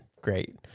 great